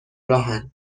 راهن